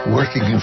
working